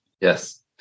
Yes